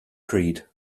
creed